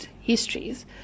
histories